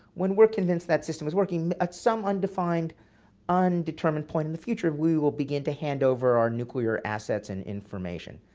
when we're convinced that system is working, at some undefined undetermined point in the future, we will begin to hand over our nuclear assets and information.